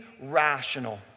rational